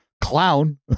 clown